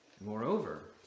Moreover